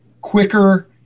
quicker